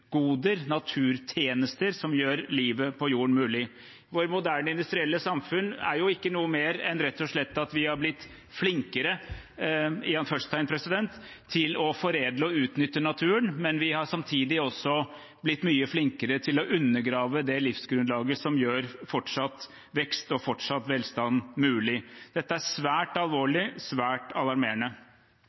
naturtjenester – som gjør livet på jorden mulig. Vårt moderne industrielle samfunn er ikke noe mer enn at vi rett og slett har blitt «flinkere» til å foredle og utnytte naturen. Men vi har samtidig også blitt mye flinkere til å undergrave det livsgrunnlaget som gjør fortsatt vekst og fortsatt velstand mulig. Dette er svært alvorlig og svært alarmerende.